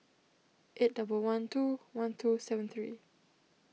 eight double one two one two seven three